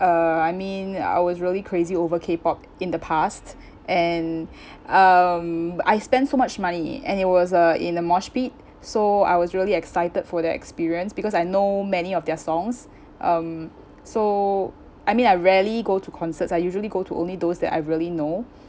uh I mean I was really crazy over K-pop in the past and um I spend so much money and it was uh in the moshpit so I was really excited for that experience because I know many of their songs um so I mean I rarely go to concerts I usually go to only those that I really know